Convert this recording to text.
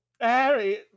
Harry